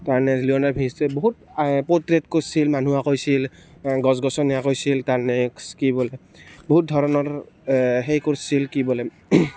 Leonardo da ভিঞ্চিয়ে বহুত portrait কৰিছিল মানুহ আঁকিছিল গছ গছনি আঁকিছিল তাৰ নেক্সট কি বোলে বহুত ধৰণৰ সেই কৰিছিল কি বোলে